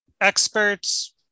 experts